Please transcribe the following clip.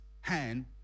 hand